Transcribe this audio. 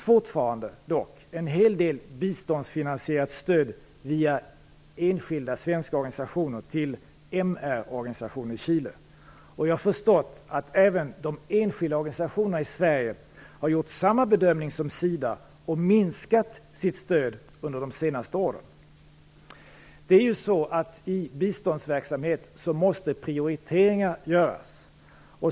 Fortfarande finns dock en hel del biståndsfinansierat stöd via svenska enskilda organisationer till MR organisationer i Chile. Jag har förstått att även de enskilda organisationerna i Sverige har gjort samma bedömning som SIDA och minskat sitt stöd under de senaste åren. I biståndsverksamhet måste prioriteringar göras.